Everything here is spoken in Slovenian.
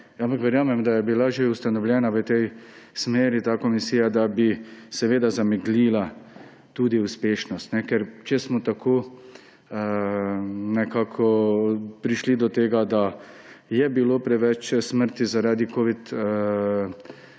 Ampak verjamem, da je bila že ustanovljena v tej smeri ta komisija, da bi zameglila tudi uspešnost. Če smo tako nekako prišli do tega, da je bilo preveč smrti zaradi covidne